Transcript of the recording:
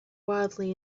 wildly